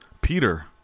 Peter